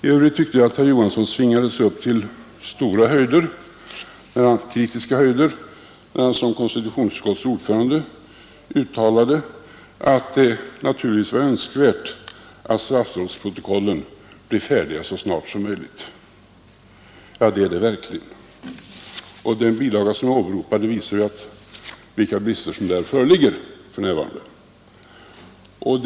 I övrigt tyckte jag att herr Johansson svingade sig upp till höga kritiska höjder när han som konstitutionsutskottets ordförande uttalade, att det naturligtvis var önskvärt att statsrådsprotokollen blir färdiga så snart som möjligt. Ja, det är det verkligen. Den bilaga som jag åberopade visar vilka brister som för närvarande föreligger.